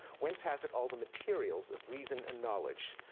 whence has it all the materials of reason and knowledge?